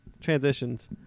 Transitions